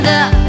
up